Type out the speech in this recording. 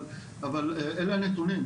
אבל אלה הנתונים,